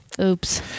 Oops